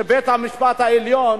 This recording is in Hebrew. שבית-המשפט העליון